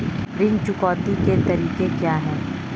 ऋण चुकौती के तरीके क्या हैं?